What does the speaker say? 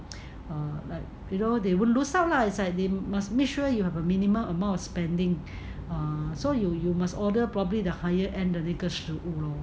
or like you know they will lose out lah it's like they must make sure you have a minimum amount of spending err so you you must order probably the higher end 的那个食物